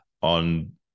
on